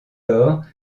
lors